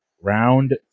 round